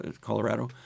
colorado